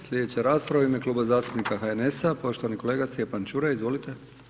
Slijedeća rasprava u ime Kluba zastupnika HNS-a, poštovani kolega Stjepan Čuraj, izvolite.